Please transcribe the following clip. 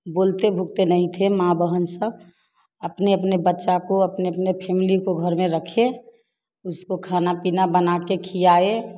बोलते भुकते नहीं थे माँ बहन सब अपने अपने बच्चा को अपने अपने फैमली को घर में रखें उसको खाना पीना बनाकर खिलाए